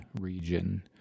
region